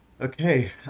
Okay